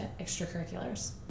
extracurriculars